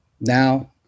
now